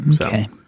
Okay